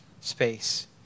space